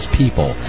people